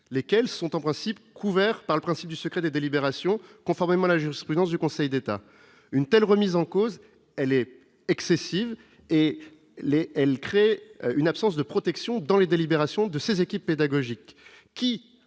lesquels sont en principe couvert par le principe du secret des délibérations, conformément à la jurisprudence du Conseil d'État, une telle remise en cause, elle est excessive et l'elle crée une absence de protection dans les délibérations de ces équipes pédagogiques qui,